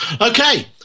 Okay